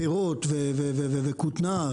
פירות וכותנה.